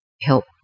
help